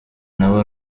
nawe